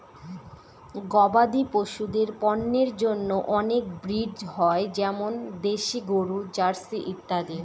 গবাদি পশুদের পন্যের জন্য অনেক ব্রিড হয় যেমন দেশি গরু, জার্সি ইত্যাদি